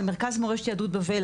על מרכז מורשת יהדות בבל,